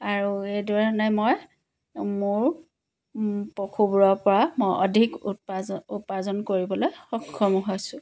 আৰু এইধৰণে মই মোৰ পশুবোৰৰ পৰা মই অধিক উৎপাজ উপাৰ্জন কৰিবলৈ সক্ষম হৈছোঁ